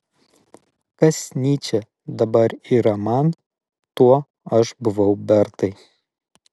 kas nyčė dabar yra man tuo aš buvau bertai